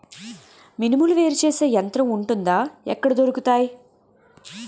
మినుములు వేరు చేసే యంత్రం వుంటుందా? ఎక్కడ దొరుకుతాయి?